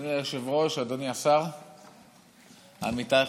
עוד הונחה היום על שולחן הכנסת המלצת ועדת החוקה,